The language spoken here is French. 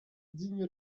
digne